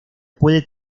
puede